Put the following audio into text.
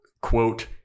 quote